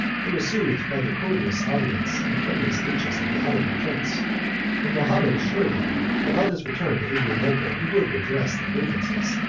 they were soothed by the courteous audience and friendly speeches of the ottoman prince and mahomet assured them that on his return to adrianople he would redress the grievances,